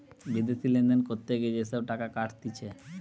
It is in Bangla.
বিদেশি লেনদেন করতে গিয়ে যে সব টাকা কাটতিছে